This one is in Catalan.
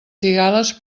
cigales